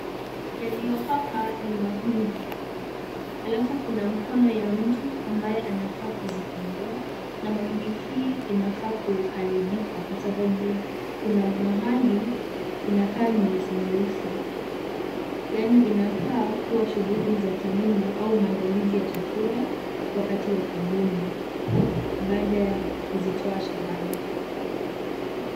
Yaliyo hapa ni mahindi alafu kuna mkono wa mtu ambaye anakaa kuzikomboa na mahindi hii inakaa kuharibika kwa sababu kuna mahali inakaa nyeusi nyeusi. Yaani inakaa kuwa shughuli za kilimo au maandalizi ya chakula wakati wa kuvuna baada ya kuzitoa shambani.